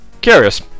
Curious